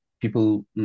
people